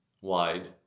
wide